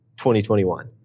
2021